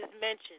mentioned